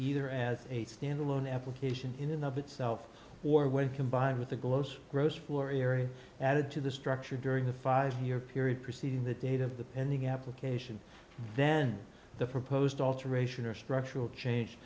either as a standalone application in and of itself or when combined with the glose gross floor area added to the structure during the five year period preceding the date of the pending application then the proposed alteration or structural change